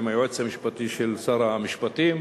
עם היועץ המשפטי של שר המשפטים.